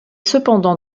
cependant